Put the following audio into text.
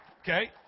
Okay